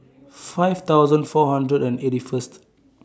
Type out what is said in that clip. five thousand four hundred and eighty First